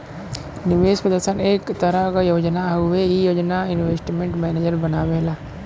निवेश प्रदर्शन एक तरह क योजना हउवे ई योजना इन्वेस्टमेंट मैनेजर बनावेला